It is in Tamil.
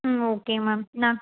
ம் ஓகே மேம்